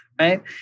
right